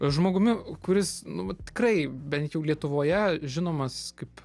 žmogumi kuris nu tikrai bent jau lietuvoje žinomas kaip